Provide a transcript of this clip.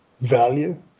value